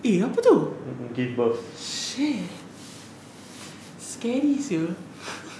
eh apa itu shit scary sia